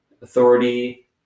authority